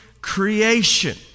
creation